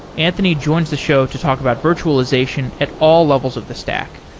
anthony joins the show to talk about virtualization at all levels of the stack.